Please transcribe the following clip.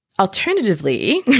Alternatively